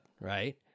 right